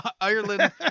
Ireland